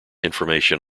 information